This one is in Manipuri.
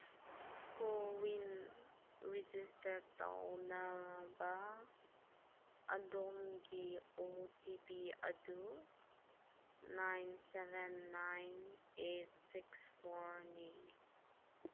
ꯀꯣꯋꯤꯟ ꯔꯤꯖꯤꯁꯇꯔ ꯇꯧꯅꯕ ꯑꯗꯣꯝꯒꯤ ꯑꯣ ꯇꯤ ꯄꯤ ꯑꯗꯨ nine seven nine eight six ꯐꯣꯔꯅꯤ